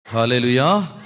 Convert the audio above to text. Hallelujah